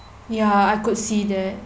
ya I could see that